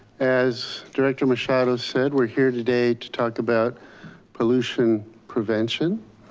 as director machado said, we're here today to talk about pollution prevention.